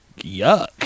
yuck